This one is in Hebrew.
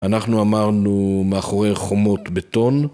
אנחנו אמרנו מאחורי חומות בטון